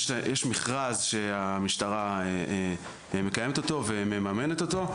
יש מכרז שהמשטרה מקיימת אותו ומממנת אותו,